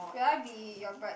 will I be your bride